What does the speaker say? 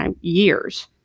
years